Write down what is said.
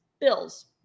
Bills